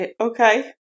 Okay